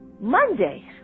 Monday